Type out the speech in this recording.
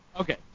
Okay